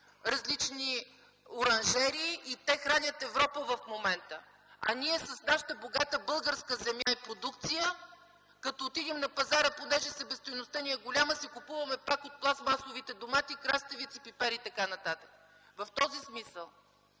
различни оранжерии и те хранят Европа в момента! А ние с нашата богата българска земя и продукция – като отидем на пазара, понеже себестойността е голяма, си купуваме пак от пластмасовите домати, краставици, пипер и т.н. В този смисъл